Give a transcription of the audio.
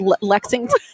Lexington